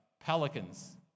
Pelicans